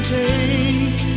take